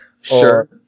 Sure